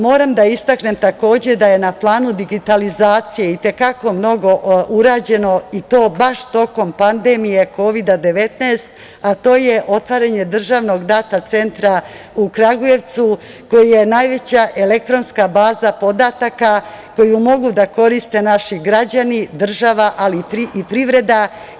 Moram da istaknem takođe da je na planu digitalizacije i te kako mnogo urađeno i to baš tokom pandemije Kovida-19, a to je otvaranje Državnog data centra u Kragujevcu koji je najveća elektronska baza podataka koju mogu da koriste naši građani, država ali i privreda.